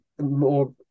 more